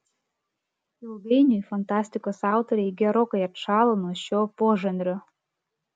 ilgainiui fantastikos autoriai gerokai atšalo nuo šio požanrio